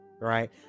right